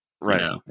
Right